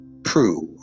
prove